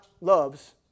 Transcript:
loves